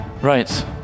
Right